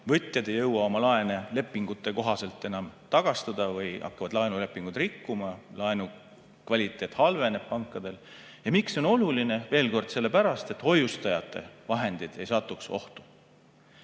laenuvõtjad ei jõua oma laene lepingute kohaselt enam tagastada või hakkavad laenulepingut rikkuma. Laenu kvaliteet halveneb pankadel. Miks see on oluline? Veel kord, sellepärast et hoiustajate vahendid ei satuks ohtu.